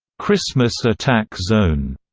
christmas attack zone,